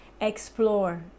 explore